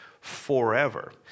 forever